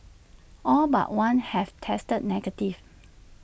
all but one have tested negative